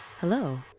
Hello